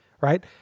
right